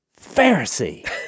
Pharisee